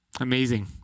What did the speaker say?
Amazing